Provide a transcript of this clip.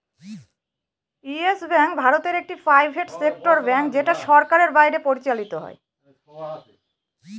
yes Bank ভারতে একটি private sector bank যেটা সরকারের বাইরে পরিচালত হয়